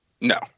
No